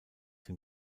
dem